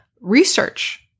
research